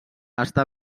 està